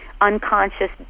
unconscious